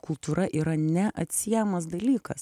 kultūra yra neatsiejamas dalykas